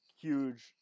huge